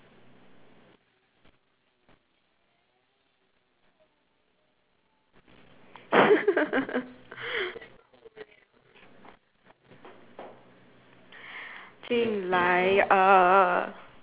进来啊